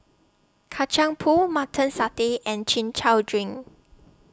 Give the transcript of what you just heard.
Kacang Pool Mutton Satay and Chin Chow Drink